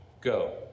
go